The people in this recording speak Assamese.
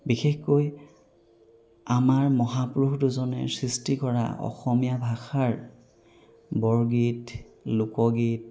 বিশেষকৈ আমাৰ মহাপুৰুষ দুজনে সৃষ্টি কৰা অসমীয়া ভাষাৰ বৰগীত লোকগীত